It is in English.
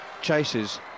chases